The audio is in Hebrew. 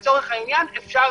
לצורך העניין, אפשר